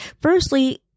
Firstly